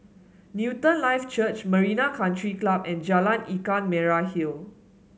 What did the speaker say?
Newton Life Church Marina Country Club and Jalan Ikan Merah Hill